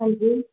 ਹਾਂਜੀ